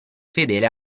fedele